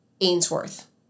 Ainsworth